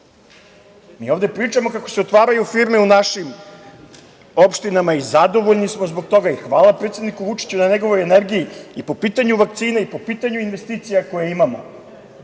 Mi ovde pričamo kako se otvaraju firme u našim opštinama i zadovoljni smo zbog toga i hvala predsedniku Vučiću na njegovoj energiji po pitanju vakcina i po pitanju investicija koje imamo,